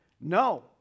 No